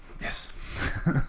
Yes